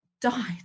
died